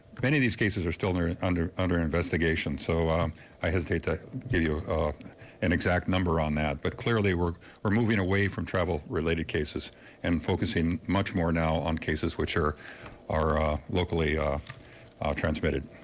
many of these cases are still and and under under investigation so i hesitate to give you an exact number on that, but clearly, we're removing away from travel-related cases and focusing much more now on cases which are are locally ah transmitted.